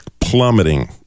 plummeting